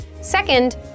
Second